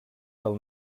del